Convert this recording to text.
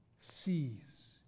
sees